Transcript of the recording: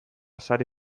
sare